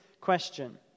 question